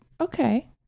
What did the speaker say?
okay